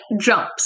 jumps